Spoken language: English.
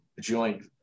joint